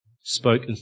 spoke